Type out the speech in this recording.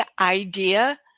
idea